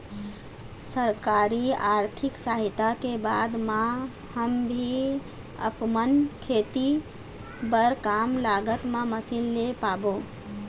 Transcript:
सरकारी आरथिक सहायता के बाद मा हम भी आपमन खेती बार कम लागत मा मशीन ले पाबो?